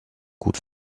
gut